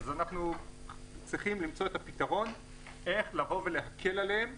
אנחנו צריכים למצוא פתרון ולהקל עליהם,